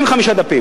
30 40 דפים?